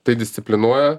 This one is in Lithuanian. tai disciplinuoja